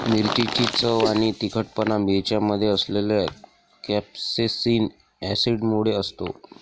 मिरचीची चव आणि तिखटपणा मिरच्यांमध्ये असलेल्या कॅप्सेसिन ऍसिडमुळे असतो